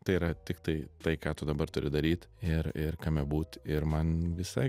tai yra tiktai tai ką tu dabar turi daryt ir ir kame būt ir man visai